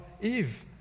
Eve